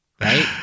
right